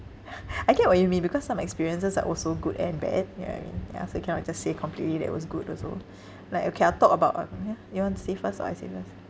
I get what you mean because some experiences are also good and bad you know what I mean ya so you cannot just say completely that it was good also like okay I'll talk about one uh yeah you want to say first or I say first